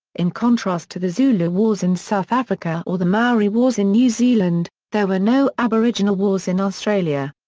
in contrast to the zulu wars in south africa or the maori wars in new zealand, there were no aboriginal wars in australia.